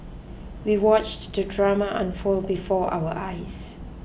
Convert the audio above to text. we watched the drama unfold before our eyes